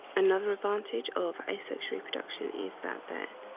another advantage of asexual reproduction is that their